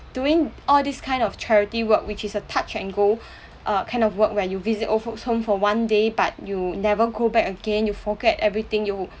doing all this kind of charity work which is touch and go err kind of work where you visit old folks' home for one day but you never go back again you forget everything you